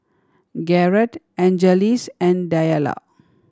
Garret Angeles and Diallo